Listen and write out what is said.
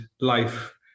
life